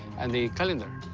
and the calendar.